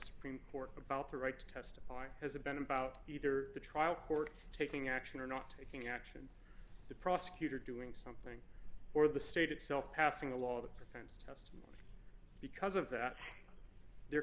supreme court about the right to testify has a better about either the trial court taking action or not taking action the prosecutor doing something or the state itself passing a law that prevents because of that the